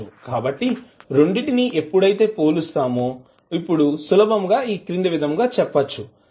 కాబట్టి రెండిటిని ఎప్పుడైతే పోలుస్తామో ఇప్పుడు సులభంగా ఈక్రింది విధంగా చెప్పవచ్చు